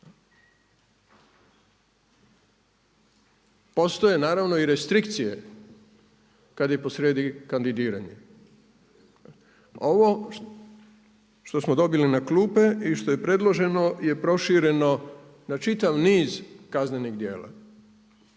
Postoje naravno i restrikcije kad je posrijedi kandidiranje. Ovo što smo dobili na klupe i što je predloženo je prošireno na čitav niz kaznenih djela.